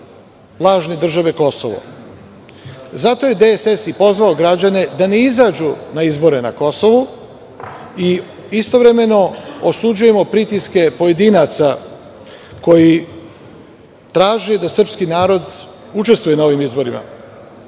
lažne države Kosovo. Zato je DSS i pozvao građane da ne izađu na izbore na Kosovu i istovremeno osuđujemo pritiske pojedinaca koji traži da srpski narod učestvuje na ovim izborima. Samo